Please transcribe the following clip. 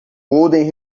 golden